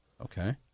Okay